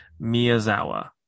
Miyazawa